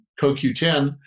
CoQ10